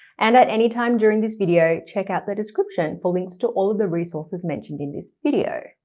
and at any time during this video, check out the description for links to all of the resources mentioned in this video.